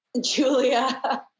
Julia